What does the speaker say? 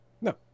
No